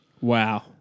Wow